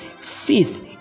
faith